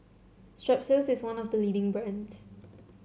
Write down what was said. Strepsils is one of the leading brands